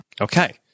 Okay